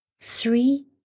three